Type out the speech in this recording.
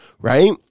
right